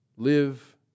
Live